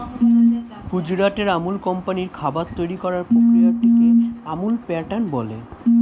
গুজরাটের আমুল কোম্পানির খাবার তৈরি করার প্রক্রিয়াটিকে আমুল প্যাটার্ন বলে